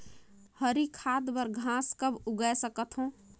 हरी खाद बर घास कब उगाय सकत हो?